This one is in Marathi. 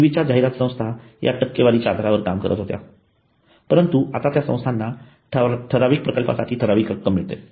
पूर्वीच्या जाहिरात संस्था ह्या टक्केवारीच्या आधारावर काम करत होत्या परंतु आता त्या संस्थांना ठराविक प्रकल्पासाठी ठराविक रक्कम मिळते